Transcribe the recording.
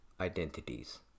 identities